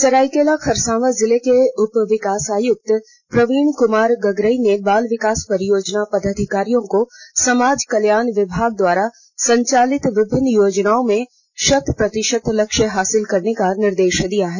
सरायकेला खरसावां जिले के उप विकास आयुक्त प्रवीण कुमार गागराई ने बाल विकास परियोजना पदाधिकारियों को समाज कल्याण विभाग द्वारा संचालित विभिन्न योजनाओं में शत प्रतिशत लक्ष्य हासिल करने का निर्देश दिया है